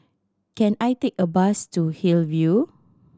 can I take a bus to Hillview